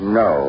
no